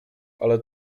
ale